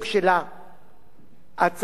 הצעת חוק-היסוד גם קובעת